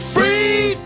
Free